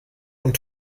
und